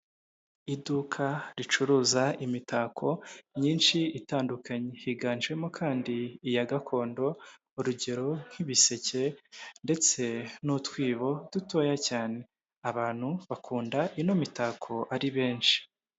Iduka ricuruza imitako myinshi itandukanye higanjemo kandi iya gakondo urugero nk'ibiseke ndetse n'utwibo dutoya cyane abantu bakunda ino mitako ari benshi.